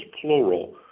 plural